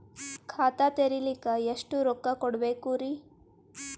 ಖಾತಾ ತೆರಿಲಿಕ ಎಷ್ಟು ರೊಕ್ಕಕೊಡ್ಬೇಕುರೀ?